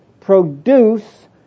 produce